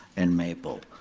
and maple.